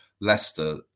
Leicester